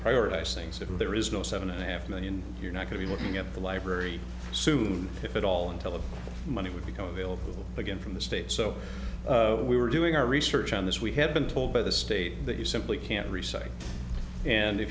prioritize things if there is no seven and a half million you're not going to be looking at the library soon if at all until the money would become available again from the state so we were doing our research on this we had been told by the state that you simply can't